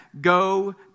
go